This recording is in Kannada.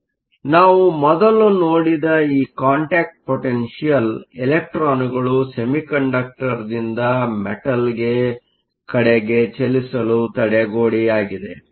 ಆದ್ದರಿಂದ ನಾವು ಮೊದಲು ನೋಡಿದ ಈ ಕಾಂಟ್ಯಾಕ್ಟ್ ಪೊಟೆನ್ಷಿಯಲ್ ಇಲೆಕ್ಟ್ರಾನ್ಗಳು ಸೆಮಿಕಂಡಕ್ಟರ್ದಿಂದ ಮೆಟಲ್ ಕಡೆಗೆ ಚಲಿಸಲು ತಡೆಗೋಡೆಯಾಗಿದೆ